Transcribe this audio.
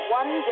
one